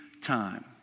time